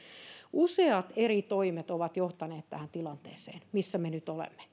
useat eri toimet ovat johtaneet tähän tilanteeseen missä me nyt olemme